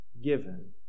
given